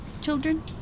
children